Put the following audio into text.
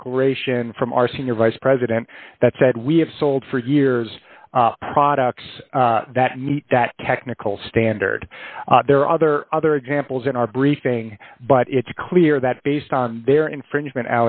declaration from our senior vice president that said we have sold for years products that meet that technical standard there are other other examples in our briefing but it's clear that based on their infringement